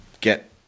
get